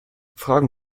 fragen